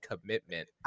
commitment